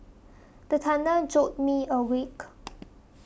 the thunder jolt me awake